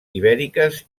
ibèriques